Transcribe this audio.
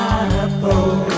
apple